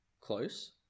Close